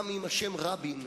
גם אם השם "רבין"